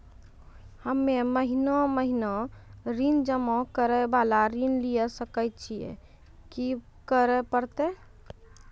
हम्मे महीना महीना ऋण जमा करे वाला ऋण लिये सकय छियै, की करे परतै?